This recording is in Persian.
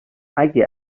اگه